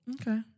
Okay